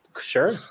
Sure